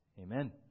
amen